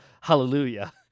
hallelujah